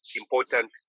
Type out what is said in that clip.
important